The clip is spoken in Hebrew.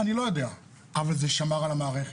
אני לא יודע, אבל זה שמר על המערכת.